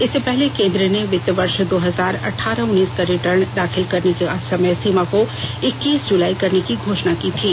इससे पहले केन्द्र ने वित्त वर्ष दो हजार अठारह उन्नीस का रिर्टन दाखिल करने की समय सीमा को इक्तीस जुलाई करने की घोषणा की थी